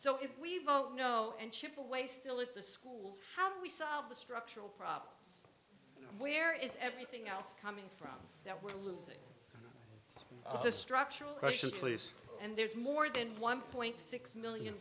so if we vote no and chip away still at the schools how do we solve the structural problems where is everything else coming from that we're losing the structural question please and there's more than one point six million